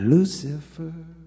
Lucifer